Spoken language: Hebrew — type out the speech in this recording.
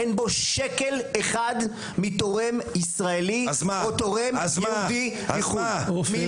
אין בו שקל אחד מתורם ישראלי או תורם יהודי מחו"ל,